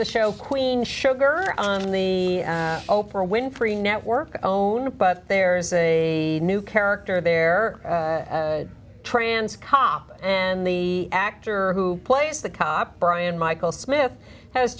the show queen sugar on the oprah winfrey network own but there's a new character there trans com and the actor who plays the cop brian michael smith has